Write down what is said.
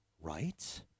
right